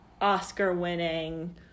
Oscar-winning